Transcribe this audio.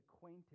acquainted